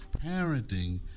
Parenting